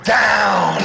down